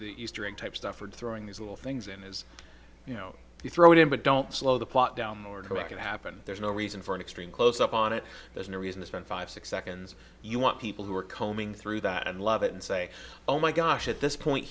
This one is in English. the eastern type stuff or throwing these little things in is you throw it in but don't slow the plot down or direct it to happen there's no reason for an extreme close up on it there's no reason to spend five six seconds you want people who are combing through that and love it and say oh my gosh at this point